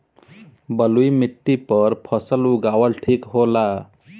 बलुई माटी पर फसल उगावल ठीक होला?